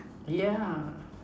yeah